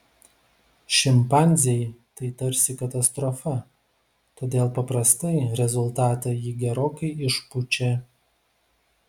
šimpanzei tai tarsi katastrofa todėl paprastai rezultatą ji gerokai išpučia